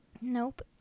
Nope